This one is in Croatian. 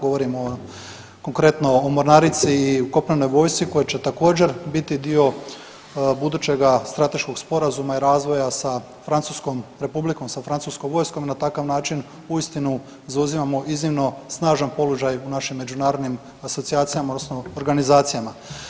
Govorim o, konkretno o mornarici i kopnenoj vojsci koja je također biti dio budućega strateškog sporazuma i razvoja sa Francuskom Republikom, sa francuskom vojskom i na takav način uistinu zauzimamo iznimno snažan položaj u našim međunarodnim asocijacijama odnosno organizacijama.